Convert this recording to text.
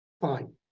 Fine